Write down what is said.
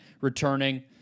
returning